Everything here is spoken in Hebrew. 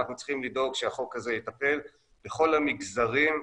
אנחנו צריכים לדאוג שהחוק הזה יטפל בכל המגזרים,